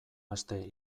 aste